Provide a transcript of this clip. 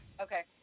Okay